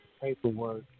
Paperwork